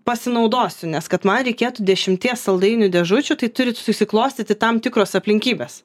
pasinaudosiu nes kad man reikėtų dešimties saldainių dėžučių tai turi susiklostyti tam tikros aplinkybės